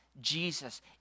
Jesus